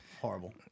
horrible